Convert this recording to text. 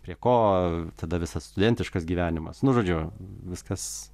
prie ko tada visas studentiškas gyvenimas nu žodžiu viskas